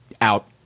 out